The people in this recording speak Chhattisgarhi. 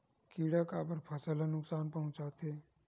किड़ा काबर फसल ल नुकसान पहुचाथे?